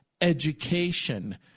education